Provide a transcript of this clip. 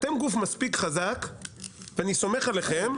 אתם גוף מספיק חזק ואני סומך עליכם,